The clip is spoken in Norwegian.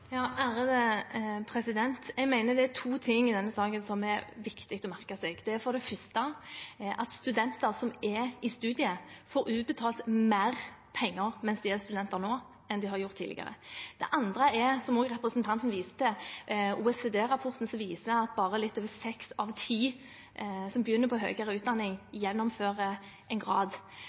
Jeg mener det er to ting i denne saken som det er viktig å merke seg. Det er for det første at studenter som er i studier, nå får utbetalt mer penger mens de er studenter, enn de har gjort tidligere. Det andre er – som også representanten viste til – OECD-rapporten, som viser at bare litt over seks av ti som begynner på høyere utdanning, gjennomfører en grad.